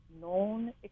known